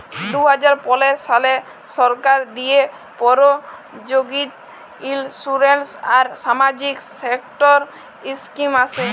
দু হাজার পলের সালে সরকার দিঁয়ে পরযোজিত ইলসুরেলস আর সামাজিক সেক্টর ইস্কিম আসে